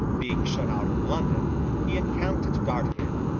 being shut out of london, he encamped at dartford,